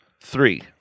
Three